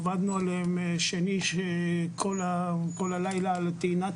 עבדנו עליהם ביום שני במשך כל הלילה לטעינת